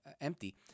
empty